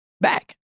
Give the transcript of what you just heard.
back